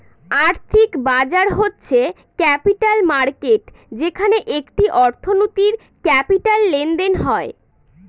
আর্থিক বাজার হচ্ছে ক্যাপিটাল মার্কেট যেখানে একটি অর্থনীতির ক্যাপিটাল লেনদেন হয়